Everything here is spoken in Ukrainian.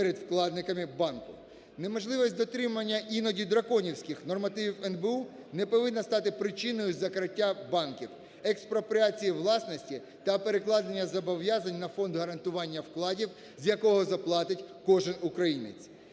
Неможливість дотримання іноді драконівських нормативів НБУ не повинна стати причиною закриття банків, експропріації власності та перекладення зобов'язань на Фонд гарантування вкладів, з якого заплатить кожен українець.